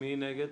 מי בעד?